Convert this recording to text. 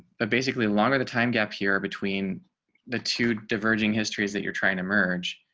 but basically longer the time gap here between the two diverging histories that you're trying to merge.